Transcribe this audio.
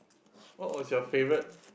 what was your favourite